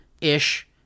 ish